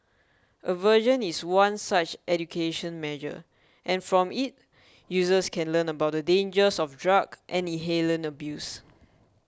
aversion is one such education measure and from it users can learn about the dangers of drug and inhalant abuse